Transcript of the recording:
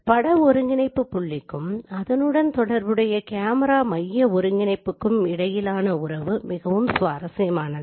பட ஒருங்கிணைப்பு புள்ளிக்கும் அதனுடன் தொடர்புடைய கேமராவு மைய ஒருகிணைப்புக்கும் இடையிலான உறவு மிகவும் சுவாரஸ்யமானது